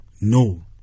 No